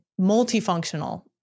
multifunctional